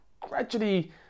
gradually